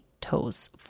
toes